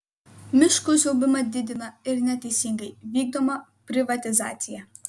miškų siaubimą didina ir neteisingai vykdoma privatizacija